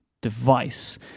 device